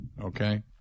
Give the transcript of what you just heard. okay